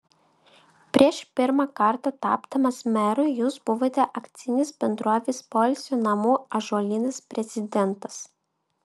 prieš pirmą kartą tapdamas meru jūs buvote akcinės bendrovės poilsio namų ąžuolynas prezidentas